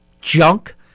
junk